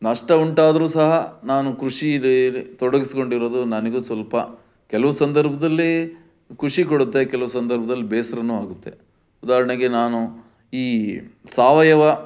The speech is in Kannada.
ನಷ್ಟ ಉಂಟಾದರೂ ಸಹ ನಾನು ಕೃಷಿದೆ ತೊಡಗಿಸ್ಕೊಂಡಿರೋದು ನನಗೂ ಸ್ವಲ್ಪ ಕೆಲವು ಸಂದರ್ಭದಲ್ಲಿ ಖುಷಿ ಕೊಡುತ್ತೆ ಕೆಲವು ಸಂದರ್ಭ್ದಲ್ಲಿ ಬೇಸರನೂ ಆಗುತ್ತೆ ಉದಾಹರಣೆಗೆ ನಾನು ಈ ಸಾವಯವ